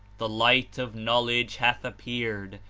the light of knowledge hath appeared,